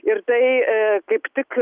ir tai kaip tik